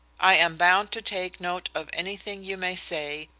i am bound to take note of anything you may say,